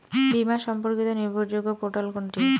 বীমা সম্পর্কিত নির্ভরযোগ্য পোর্টাল কোনটি?